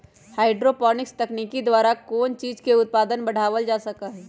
hydroponics तकनीक द्वारा कौन चीज के उत्पादन बढ़ावल जा सका हई